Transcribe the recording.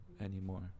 anymore